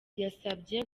yasabye